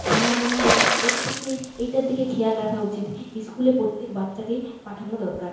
আমার মনে হয় প্রত্যেককেই এইটার দিকে খেয়াল রাখা উচিত স্কুলে প্রত্যেক বাচ্চাকেই পাঠানো দরকার